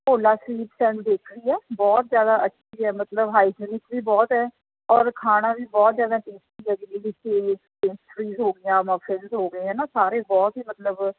Bhola sweets and bakery ਹੈ ਬਹੁਤ ਜ਼ਿਆਦਾ ਅੱਛੀ ਹੈ ਮਤਲਬ ਹਾਈਜੀਨਿਕ ਵੀ ਬਹੁਤ ਹੈ ਔਰ ਖਾਣਾ ਵੀ ਬਹੁਤ ਜ਼ਿਆਦਾ ਟੇਸਟੀ ਹੈ ਇਹਦੇ ਵਿੱਚ ਇਹ ਪੇਸਟ੍ਰੀਜ਼ ਹੋ ਗਈਆਂ ਮੋਫਿਨਸ ਹੋ ਗਏ ਹੈ ਨਾ ਸਾਰੇ ਬਹੁਤ ਹੀ ਮਤਲਬ